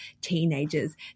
teenagers